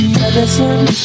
medicine